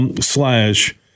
slash